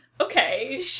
Okay